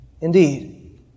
indeed